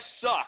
suck